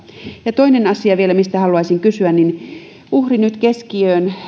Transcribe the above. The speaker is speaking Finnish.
ja toinen asia vielä mistä haluaisin kysyä uhri nyt keskiöön